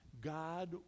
God